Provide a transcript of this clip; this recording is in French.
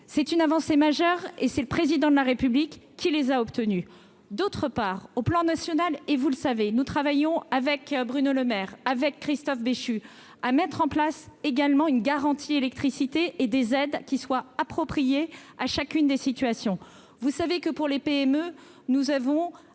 c'est une avancée majeure et c'est le président de la République, qui les a obtenus d'autre part, au plan national et vous le savez, nous travaillons avec Bruno Lemaire avec Christophe Béchu à mettre en place également une garantie, électricité et des aides qui soient appropriés à chacune des situations, vous savez que pour les PME, nous avons,